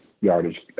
yardage